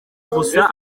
gusa